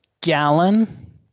Gallon